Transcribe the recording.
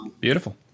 Beautiful